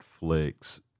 Netflix